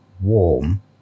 warm